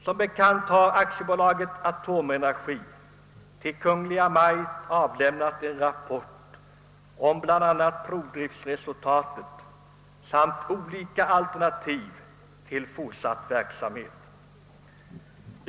Som bekant har AB Atomenergi till Kungl. Maj:t avlämnat en rapport om bl.a. provdriftsresultatet samt olika alternativ till fortsatt verksamhet vid Ranstadsverket.